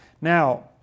Now